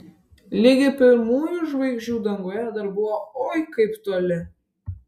ligi pirmųjų žvaigždžių danguje dar buvo oi kaip toli